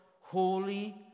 holy